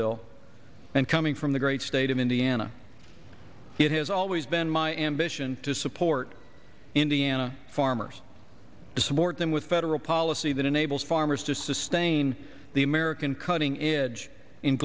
bill and coming from the great state of indiana it has always been my ambition to support indiana farmers to support them with federal policy that enables farmers to sustain the american cutting edge in